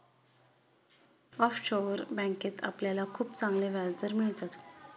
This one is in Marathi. ऑफशोअर बँकेत आपल्याला खूप चांगले व्याजदर मिळतात